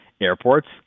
Airports